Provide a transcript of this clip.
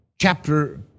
chapter